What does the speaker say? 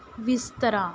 ਬਿਸਤਰਾ